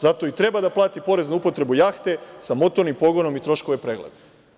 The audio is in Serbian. Zato i treba da plati porez na upotrebu jahte sa motornim pogonom i troškove pregleda.